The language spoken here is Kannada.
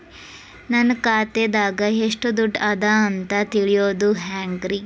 ನನ್ನ ಖಾತೆದಾಗ ಎಷ್ಟ ದುಡ್ಡು ಅದ ಅಂತ ತಿಳಿಯೋದು ಹ್ಯಾಂಗ್ರಿ?